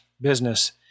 business